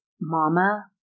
mama